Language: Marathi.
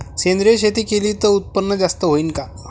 सेंद्रिय शेती केली त उत्पन्न जास्त होईन का?